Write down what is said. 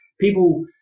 people